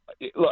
look